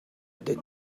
did